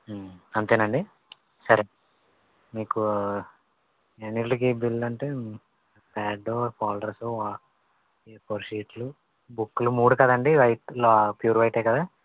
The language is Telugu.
అంతేనండీ సరే మీకు ఈ అన్నిటిలకి బిల్ అంటే ప్యాడు ఫోల్డర్సు వా ఏ ఫోర్ షీట్లు బుక్లు మూడు కదండి వైట్ లో ప్యూర్ వైటే కదా